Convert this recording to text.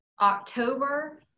October